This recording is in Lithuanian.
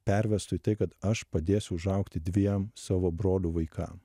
pervestų į tai kad aš padėsiu užaugti dviem savo brolių vaikam